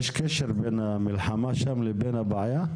יש קשר בין המלחמה שם לבין הבעיה?